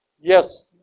Yes